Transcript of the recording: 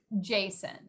Jason